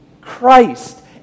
Christ